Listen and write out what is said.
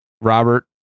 Robert